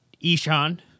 Ishan